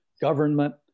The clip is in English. government